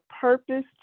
purpose